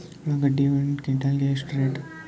ಉಳ್ಳಾಗಡ್ಡಿ ಒಂದು ಕ್ವಿಂಟಾಲ್ ಗೆ ಎಷ್ಟು ರೇಟು?